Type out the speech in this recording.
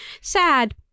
sad